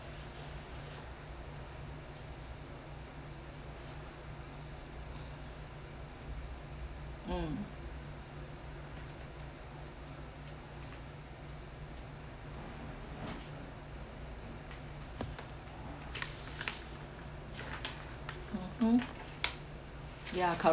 mm mmhmm ya correct